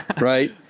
right